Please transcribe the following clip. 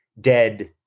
dead